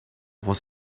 was